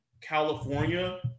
California